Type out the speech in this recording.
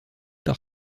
par